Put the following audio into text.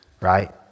right